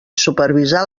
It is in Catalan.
supervisar